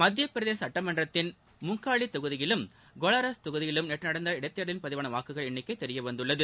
மத்தியப் பிரதேச சட்டமன்றத்தின் முங்காலி தொகுதியிலும் கோலாரஸ் தொகுதியிலும் நேற்று நடந்த இடைத்தேர்தலில் பதிவான வாக்குகள் எண்ணிக்கை தெரியவந்துள்ளது